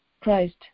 Christ